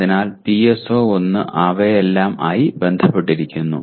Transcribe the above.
അതിനാൽ PSO1 അവയെല്ലാം ആയി ബന്ധപ്പെട്ടിരിക്കുന്നു